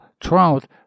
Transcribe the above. trout